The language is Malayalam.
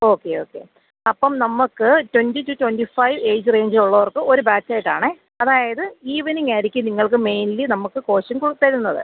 ഓക്കെ ഓക്കെ അപ്പം നമുക്ക് twenty two twenty five age റേഞ്ചിലുള്ളവർക്ക് ഒരു ബാച്ചായിട്ടാണേ അതായത് ഈവനിംങായിരിക്കും നിങ്ങൾക്ക് മെയിൻലി നമുക്ക് കോച്ചിംഗ് കൊ തരുന്നത്